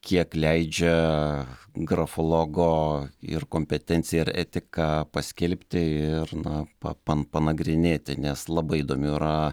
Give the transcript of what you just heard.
kiek leidžia grafologo ir kompetencija ir etika paskelbti ir na pa pan panagrinėti nes labai įdomių yra